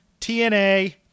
TNA